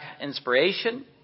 inspiration